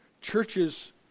churches